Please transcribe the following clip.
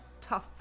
tough